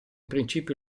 principio